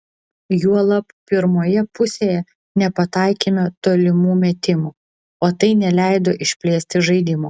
juolab pirmoje pusėje nepataikėme tolimų metimų o tai neleido išplėsti žaidimo